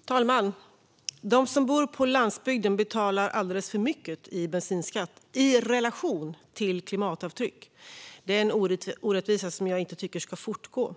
Herr talman! De som bor på landsbygden betalar alldeles för mycket i bensinskatt i relation till sitt klimatavtryck. Det är en orättvisa som jag inte tycker ska fortgå.